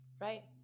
Right